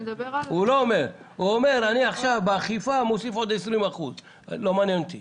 הוא אומר שבאכיפה זה מוסיף עוד 20%. זה לא מעניין אותי.